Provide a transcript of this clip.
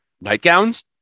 nightgowns